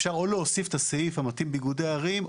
אפשר או להוסיף את הסעיף המתאים באיגודי ערים,